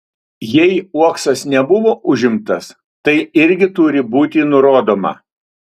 jei uoksas nebuvo užimtas tai irgi turi būti nurodoma